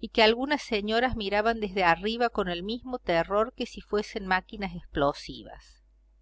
y que algunas señoras miraban desde arriba con el mismo terror que si fuesen máquinas explosivas